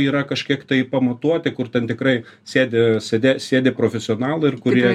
yra kažkiek tai pamatuoti kur ten tikrai sėdi sede sėdi profesionalai ir kurie